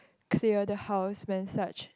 clear the house when such